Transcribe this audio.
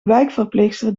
wijkverpleegster